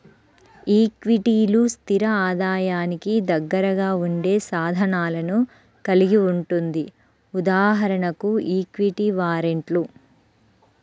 ఈక్విటీలు, స్థిర ఆదాయానికి దగ్గరగా ఉండే సాధనాలను కలిగి ఉంటుంది.ఉదాహరణకు ఈక్విటీ వారెంట్లు